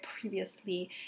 previously